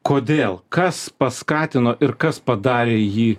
kodėl kas paskatino ir kas padarė jį